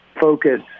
focus